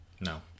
No